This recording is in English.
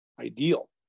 ideal